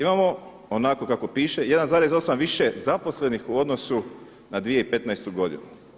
Imamo onako kako piše 1,8 više zaposlenih u odnosu na 2015. godinu.